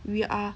we are